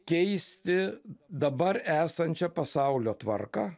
keisti dabar esančią pasaulio tvarką